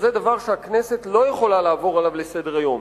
ואני חושב שזה דבר שהכנסת לא יכולה לעבור עליו לסדר-היום.